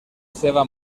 seva